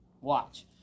watch